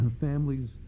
families